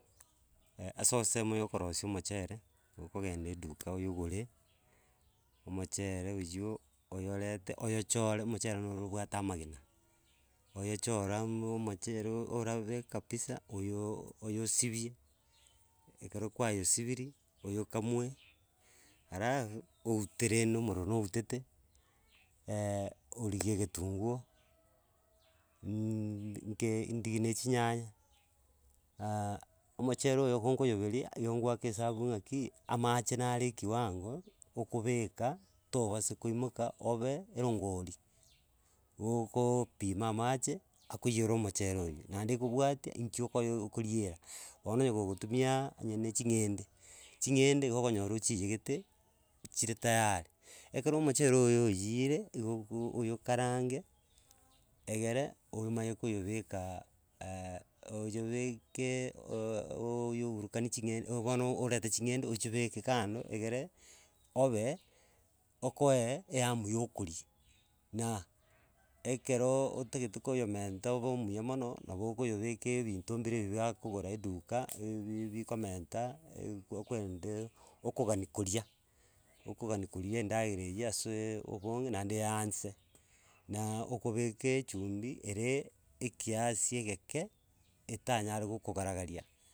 ase osemo ya okorosia omochere, gokogenda eduka oyogore, omochere oywo oyorete oyochore omochere nore obwate amagena. Oyochora ommmo omochere oyo orabe kabisa oyoooo oyosibie ekero kwayosibirie, oyokamue, alafu oute rende omorero noutete origie egetunguo, nnnnnnke ndigie na echinyanya, omochere oyo gonkoyoberia, igo ngoaka esabu ng'aki, amache nare ekiwango okobeka tobasa koimoka obe erongori, googooopima amache, akoiyora omochere oywo, naende okobwatia nki okoyo okoriera. Bono onye gogutumia onye na ching'ende ching'ende igo okonyora ochiiyegete, chire tayari. Ekero omochere oyo oiyire, igo ogo oyokarange egere, oyomanye koyobeka oyobeeeke ooo oyoooburakinie ching'ende bono orete ching'ende ochibeke kando, egere, obe okoe eyamu ya okoria na ekerooo otagete koyomenta obe omuya mono nabo okoyobeka ebinto bire ebi bakogora eduka ebi bibikomenta ekwe ekwende, okogania koria, okogania koria endagera eywo aseeee obonge, naende eyaanse naaa okobeka echumbi ere ekiasi egeke etanyare gokogaragaria.